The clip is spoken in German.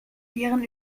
viren